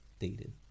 dated